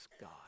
God